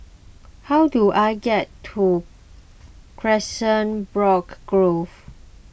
how do I get to Grove